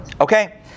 Okay